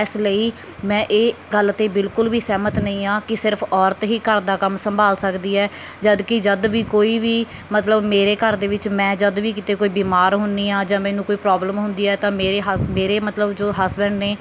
ਇਸ ਲਈ ਮੈਂ ਇਹ ਗੱਲ 'ਤੇ ਬਿਲਕੁਲ ਵੀ ਸਹਿਮਤ ਨਹੀਂ ਹਾਂ ਕਿ ਸਿਰਫ ਔਰਤ ਹੀ ਘਰ ਦਾ ਕੰਮ ਸੰਭਾਲ ਸਕਦੀ ਹੈ ਜਦਕਿ ਜਦ ਵੀ ਕੋਈ ਵੀ ਮਤਲਬ ਮੇਰੇ ਘਰ ਦੇ ਵਿੱਚ ਮੈਂ ਜਦ ਵੀ ਕਿਤੇ ਕੋਈ ਬਿਮਾਰ ਹੁੰਦੀ ਹਾਂ ਜਾਂ ਮੈਨੂੰ ਕੋਈ ਪ੍ਰੋਬਲਮ ਹੁੰਦੀ ਹੈ ਤਾਂ ਮੇਰੇ ਹਸ ਮੇਰੇ ਮਤਲਬ ਜੋ ਹਸਬੈਂਡ ਨੇ